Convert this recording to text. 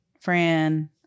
Fran